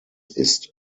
ist